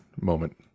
moment